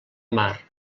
mar